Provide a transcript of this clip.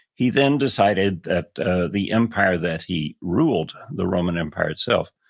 he then decided that ah the empire that he ruled, the roman empire itself,